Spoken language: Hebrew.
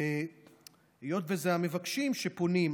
והיות שאלה המבקשים שפונים,